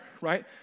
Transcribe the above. right